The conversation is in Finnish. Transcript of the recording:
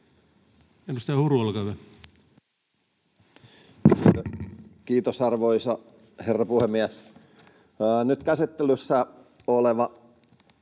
Edustaja Huru, olkaa hyvä. Arvoisa herra puhemies! Nyt on käsittelyssä